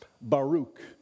Baruch